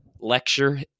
lecture